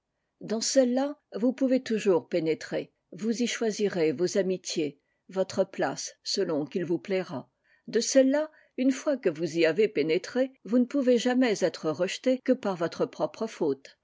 dans celle-là vous pouvez toujours pénétrer vous y choisirez vos amitiés votre place selon qu'il vous plaira de celle-là une fois que vous y avezpénëtré vous ne pouvez jamais être rejeté que par votre propre faute